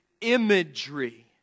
imagery